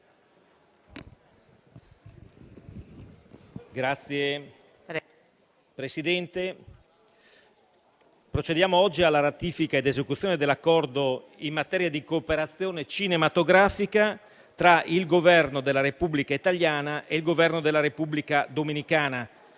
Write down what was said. Signor Presidente, procediamo oggi alla ratifica ed esecuzione dell'Accordo in materia di cooperazione cinematografica tra il Governo della Repubblica italiana e il Governo della Repubblica dominicana,